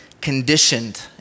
conditioned